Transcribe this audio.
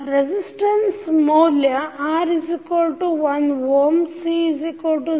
resistance ಮೌಲ್ಯ R1Ω C0